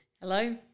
Hello